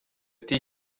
hagati